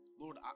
Lord